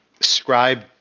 Scribe